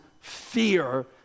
fear